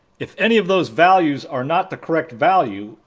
if any of those values are not the correct value,